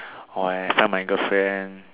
or I find my girlfriend